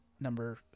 number